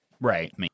Right